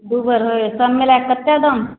दू भरि होइ सब मिलाएके कतेक दाम